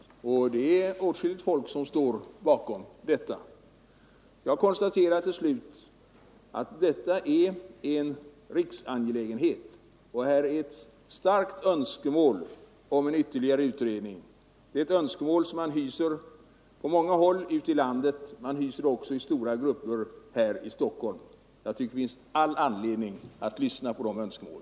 Det är åtskilliga människor som står bakom detta. Jag konstaterar till slut att flygplatsfrågan i Stockholm är en riksangelägenhet och att det föreligger ett starkt önskemål om en ytterligare utredning. Det är ett önskemål som man hyser på många håll ute i landet, och man hyser det också inom stora grupper här i Stockholm. Jag tycker det finns all anledning att tillmötesgå detta önskemål.